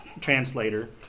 translator